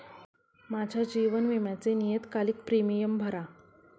माझ्या जीवन विम्याचे नियतकालिक प्रीमियम भरा